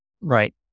Right